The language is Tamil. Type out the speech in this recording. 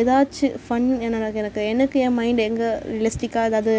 ஏதாச்சும் ஃபன் எனக்கு எனக்கு எனக்கு என் மைண்ட் எங்கே ரிலஸ்டிக்கா ஏதாவது